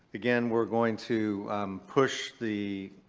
again, we're going to push the